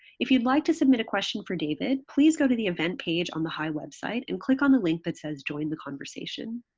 if you'd like to submit a question for david, please go to the event page on the hai website and click on the link that says join the conversation.